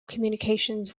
communications